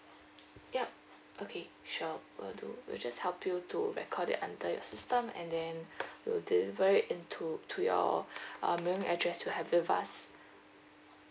yup okay sure will do we'll just help you to record it under your system and then we'll deliver it into to your um mailing address you have with us